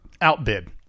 outbid